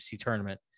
tournament